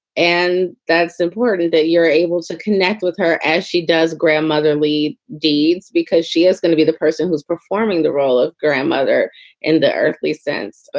and that's the word that you're able to connect with her as she does grandmotherly deeds, because she is going to be the person who's performing the role of grandmother in the earthly sense.